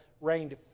reigned